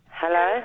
hello